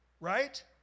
right